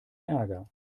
ärger